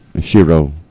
Shiro